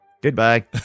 Goodbye